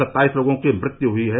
सत्ताईस लोगों की मृत्यु हुई है